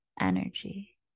energy